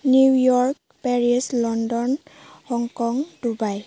New York Paris London Hong Kong Dubai